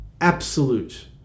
absolute